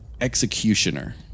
executioner